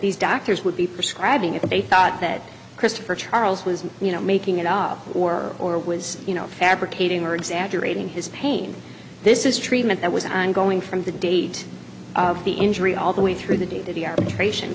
these doctors would be prescribing if they thought that christopher charles was making it up or or was you know fabricating words after reading his pain this is treatment that was ongoing from the date of the injury all the way through the day to the arbitration